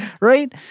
right